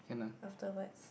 afterwards